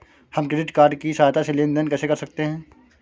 हम credit card की सहायता से लेन देन कैसे कर सकते हैं?